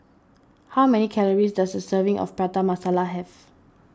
how many calories does a serving of Prata Masala have